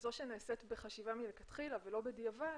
וכזו שנעשית בחשיבה מלכתחילה ולא בדיעבד